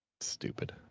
Stupid